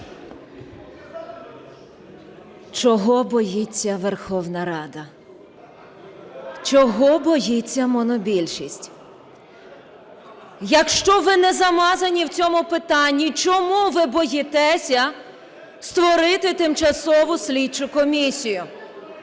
Чого боїться Верховна Рада? Чого боїться монобільшість? Якщо ви не замазані в цьому питанні, чому ви боїтеся створити тимчасову слідчу комісію?